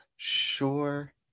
sure